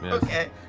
okay.